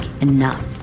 enough